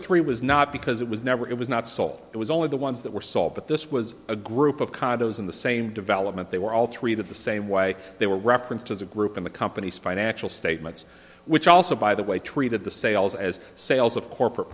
three was not because it was never it was not sold it was only the ones that were sold but this was a group of condos in the same development they were all treated the same way they were referenced as a group in the company's financial statements which also by the way treated the sales as sales of corporate